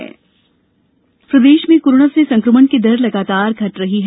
corona प्रदेश प्रदेश में कोरोना से संक्रमण की दर लगातार घट रही है